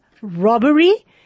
Robbery